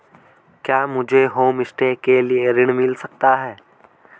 क्या मुझे होमस्टे के लिए ऋण मिल सकता है?